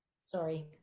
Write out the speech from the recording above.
Sorry